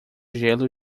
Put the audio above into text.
gelo